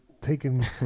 taking